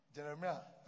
Jeremiah